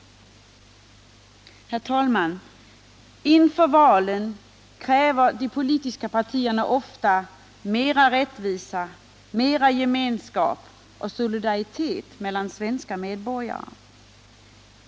Herr talman! Inför valen kräver de politiska partierna ofta mera rättvisa, mera gemenskap och solidaritet mellan svenska medborgare.